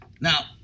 Now